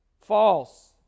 False